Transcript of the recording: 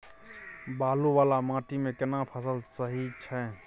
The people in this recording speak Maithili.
बालू वाला माटी मे केना फसल सही छै?